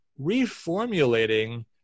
reformulating